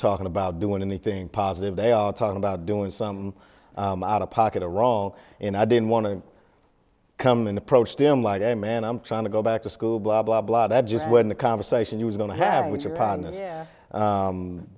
talking about doing anything positive they are talking about doing some out of pocket or wrong and i didn't want to come in approached him like a man i'm trying to go back to school blah blah blah that just when the conversation was going to happen with your partner